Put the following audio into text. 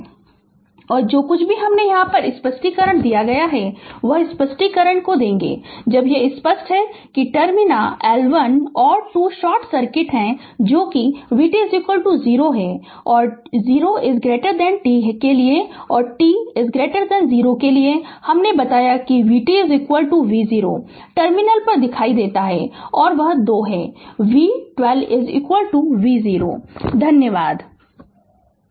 Refer Slide Time 3322 और जो कुछ भी हमने कहा वह स्पष्टीकरण दिया गया स्पष्टीकरण दिया गया है जब यह स्पष्ट है कि टर्मिना L1 और 2 शॉर्ट सर्किट हैं जो कि vt 0 है t 0 के लिए और t 0 के लिए हमने बताया कि vt v0 टर्मिनल एक पर दिखाई देता है और 2 वह है v 12 v0 Glossary शब्दकोष English Word Word Meaning Capacitor capacitor संधारित्र Current करंट विधुत धारा Resistance रेजिस्टेंस प्रतिरोधक Circuit सर्किट परिपथ Terminal टर्मिनल मार्ग Magnitudes मैग्निट्यूड परिमाण Path पाथ पथ Key point की पॉइंट मुख्य बिंदु